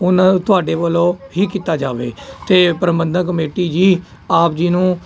ਉਨਾਂ ਤੁਹਾਡੇ ਵੱਲੋਂ ਹੀ ਕੀਤਾ ਜਾਵੇ ਅਤੇ ਪ੍ਰਬੰਧਕ ਕਮੇਟੀ ਜੀ ਆਪ ਜੀ ਨੂੰ